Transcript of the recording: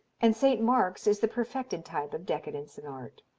and st. mark's is the perfected type of decadence in art.